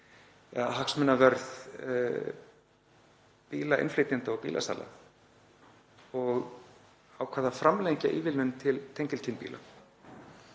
hagsmunavörð bílainnflytjenda og bílasala, og ákvað að framlengja ívilnun til tengiltvinnbíla.